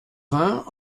vingts